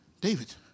David